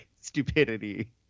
stupidity